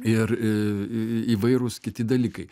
ir i įvairūs kiti dalykai